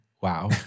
Wow